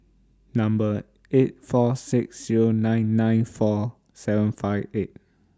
Number eight four six Zero nine nine four seven five eight